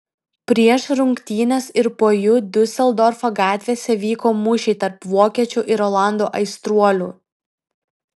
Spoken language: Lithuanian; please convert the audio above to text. prieš rungtynes ir po jų diuseldorfo gatvėse vyko mūšiai tarp vokiečių ir olandų aistruolių